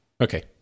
Okay